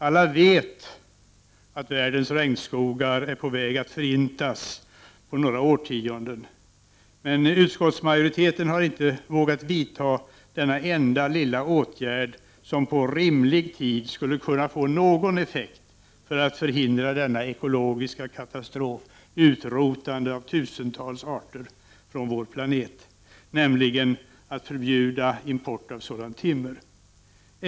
Alla vet att världens regnskogar är på väg att förintas på några årtionden, men utskottsmajoriteten har inte vågat vidta den enda lilla åtgärd som på rimlig tid skulle kunna få någon effekt för att förhindra denna ekologiska katastrof — utrotande av tusentals arter från vår planet — nämligen att förbjuda import av sådant timmer.